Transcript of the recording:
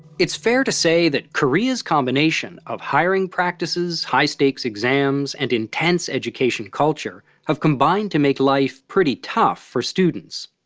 it's fair to say that korea's combination of hiring practices, high-stakes exams, and intense education culture have combined to make life pretty tough for students.